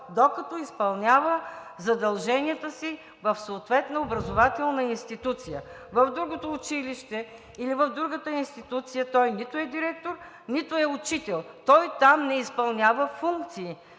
докато изпълнява задълженията си в съответна образователна институция. В другото училище или в другата институция, той нито е директор, нито е учител, той там не изпълнява функции.